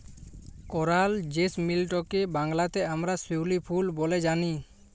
করাল জেসমিলটকে বাংলাতে আমরা শিউলি ফুল ব্যলে জানি